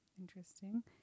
interesting